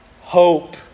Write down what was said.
hope